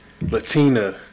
Latina